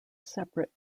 separate